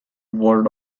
ward